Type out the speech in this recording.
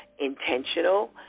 intentional